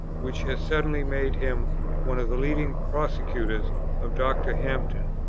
which has suddenly made him one of the leading persecutors of dr. hampden,